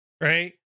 Right